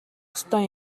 ёстой